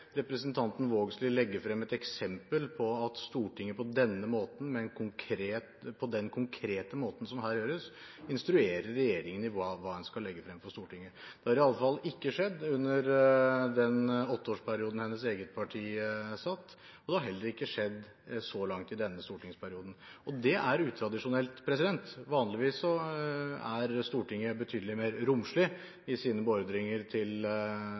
representanten Vågslid legge frem et eksempel på at Stortinget på denne måten, på den konkrete måten som det her gjøres, instruerer regjeringen i hva en skal legge frem for Stortinget. Det har i alle fall ikke skjedd under den åtteårs-perioden hennes eget parti satt i regjering, og det har heller ikke skjedd så langt i denne stortingsperioden. Det er utradisjonelt. Vanligvis er Stortinget betydelig mer romslig i sine beordringer til